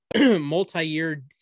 multi-year